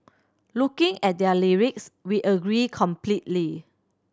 looking at their lyrics we agree completely